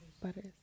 Butters